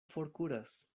forkuras